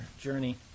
journey